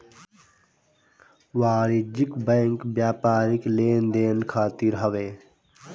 वाणिज्यिक बैंक व्यापारिक लेन देन खातिर हवे